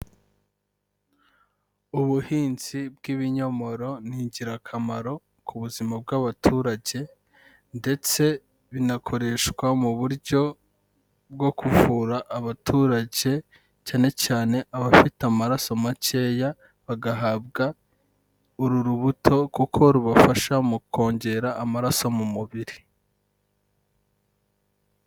Ubuhinzi bw'ibinyomoro ni ingirakamaro ku buzima bw'abaturage ndetse binakoreshwa mu buryo bwo kuvura abaturage cyane cyane abafite amaraso makeya bagahabwa uru rubuto kuko rubafasha mu kongera amaraso mu mubiri.